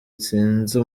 sinzi